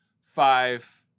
Five